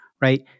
right